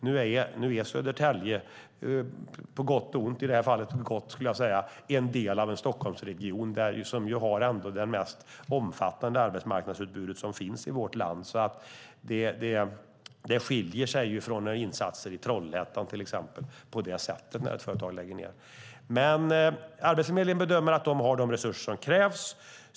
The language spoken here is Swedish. Nu är Södertälje på gott och ont - i det här fallet skulle jag säga gott - en del av en Stockholmsregion som ändå har det mest omfattande arbetsmarknadsutbud som finns i vårt land. Det skiljer sig på det sättet från insatser i till exempel Trollhättan när ett företag lägger ned. Arbetsförmedlingen bedömer att de har de resurser som krävs.